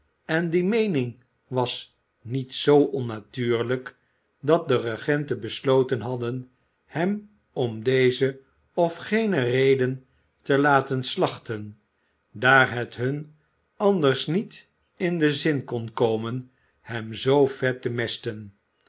en die meening was niet zoo onnatuurlijk dat de regenten besloten hadden hem om deze of gene reden te laten slachten daar het hun anders niet in den zin kon komen hem zoo vet te mesten